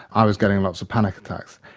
i was getting lots of panic attacks.